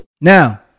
Now